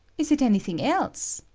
is it any thing else?